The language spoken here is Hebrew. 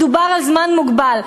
מדובר על פרק זמן מוגבל,